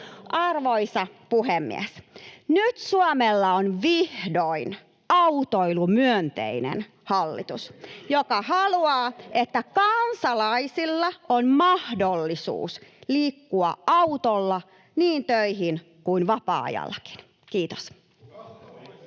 Arvoisa puhemies! Nyt Suomella on vihdoin autoilumyönteinen hallitus, joka haluaa, että kansalaisilla on mahdollisuus liikkua autolla niin töihin kuin vapaa-ajallakin. — Kiitos.